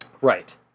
Right